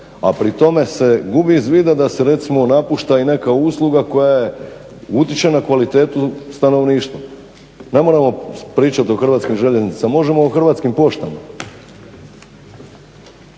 a pri tome se gubi iz vida da se recimo napušta i neka usluga koja utječe na kvalitetu stanovništva. Ne moramo pričat o Hrvatskim željeznicama, možemo o Hrvatskim poštama.